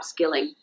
upskilling